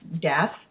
death